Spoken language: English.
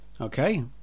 Okay